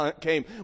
came